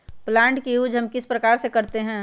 Plant का use हम किस प्रकार से करते हैं?